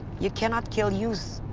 you cannot kill youths.